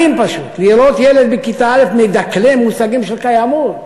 מדהים פשוט לראות ילד בכיתה א' מדקלם מושגים של קיימות,